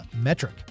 Metric